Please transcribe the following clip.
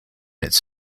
its